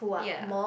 ya